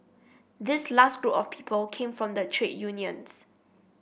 this last group of people came from the trade unions